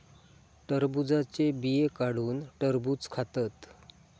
टरबुजाचे बिये काढुन टरबुज खातत